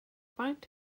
faint